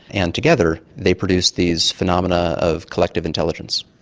and together they produce these phenomena of collective intelligence.